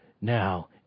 now